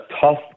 tough